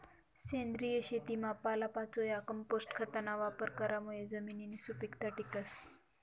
सेंद्रिय शेतीमा पालापाचोया, कंपोस्ट खतना वापर करामुये जमिननी सुपीकता टिकस